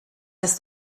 ist